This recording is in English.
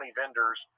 vendors